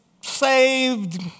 saved